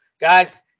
guys